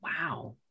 wow